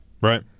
right